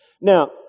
now